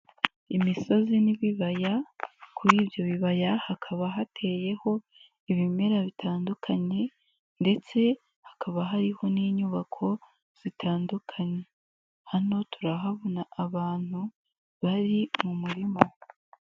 Imisozi n'ibibaya kuri ibyo bibaya hakaba hateyeho ibimera bitandukanye ndetse hakaba hariho n'inyubako zitandukanye, hano turahabona abantu bari mu murima.